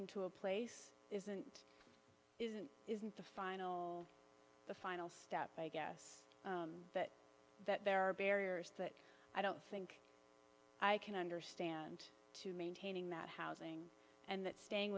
into a place that isn't isn't the final the final step i guess but that there are barriers that i don't think i can understand to maintaining that housing and that staying